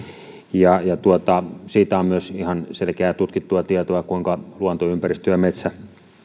siitä on myös ihan selkeää tutkittua tietoa kuinka luontoympäristö ja metsä